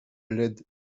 laides